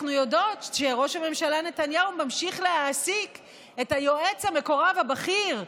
אנחנו יודעות שראש הממשלה נתניהו ממשיך להעסיק את היועץ המקורב הבכיר,